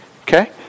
okay